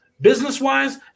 business-wise